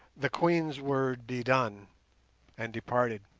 the queen's word be done and departed.